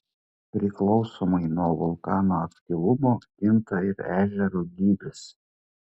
priklausomai nuo vulkano aktyvumo kinta ir ežero gylis